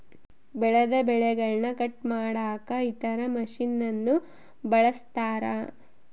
ಬೆಳೆದ ಬೆಳೆಗನ್ನ ಕಟ್ ಮಾಡಕ ಇತರ ಮಷಿನನ್ನು ಬಳಸ್ತಾರ